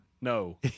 No